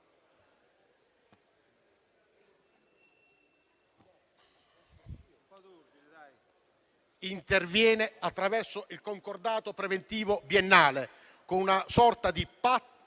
interviene attraverso il concordato preventivo biennale con una sorta di patto